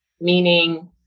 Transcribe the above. meaning